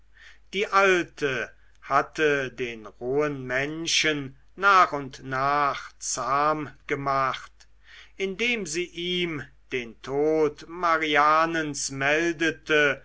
die alte hatte den rohen menschen nach und nach zahm gemacht indem sie ihm den tod marianens meldete